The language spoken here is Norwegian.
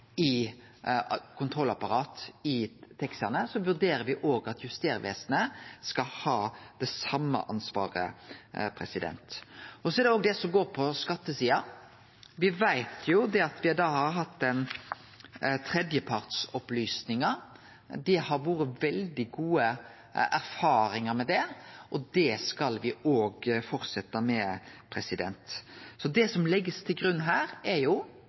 kontrollapparat i taxiane, vurderer me òg at Justervesenet skal ha det same ansvaret. Så er det det som går på skattesida. Me veit at me har hatt tredjepartsopplysningar. Det har vore veldig gode erfaringar med det, og det skal me òg fortsetje med. Det som blir lagt til grunn her, er